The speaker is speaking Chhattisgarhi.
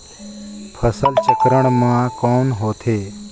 फसल चक्रण मा कौन होथे?